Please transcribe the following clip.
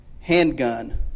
handgun